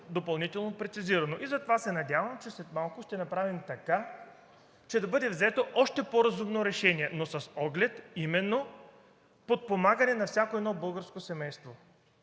допълнително прецизирано. Затова се надявам, че след малко ще направим така, че да бъде взето още по-разумно решение, но с оглед именно подпомагане на всяко едно българско семейство.